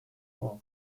vor